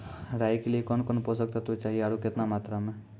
राई के लिए कौन कौन पोसक तत्व चाहिए आरु केतना मात्रा मे?